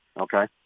Okay